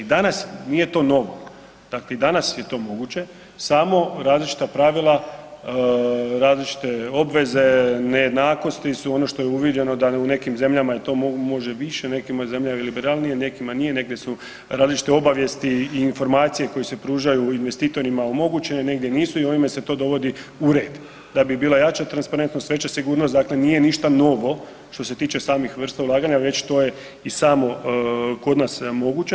I danas nije to novo, dakle i danas je to moguće, samo različita pravila, različite obveze, nejednakosti su ono što je uviđeno da u nekim zemljama može to više, u nekim zemljama liberalnije, u nekima nije, negdje su različite obavijesti i informacije koje se pružaju investitorima omogućene, negdje nisu i ovime se to dovodi u red da bi bila veća transparentnost, veća sigurnost, dakle nije ništa novo što se tiče samih vrsta ulaganja već to je i samo kod nas moguće.